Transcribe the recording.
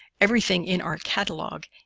everything in our catalog,